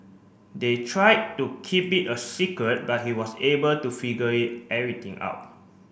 they tried to keep it a secret but he was able to figure it everything out